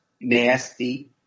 nasty